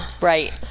Right